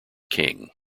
king